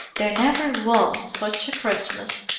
there never was such a christmas!